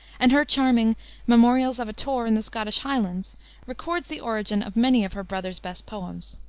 and her charming memorials of a tour in the scottish highlands records the origin of many of her brother's best poems.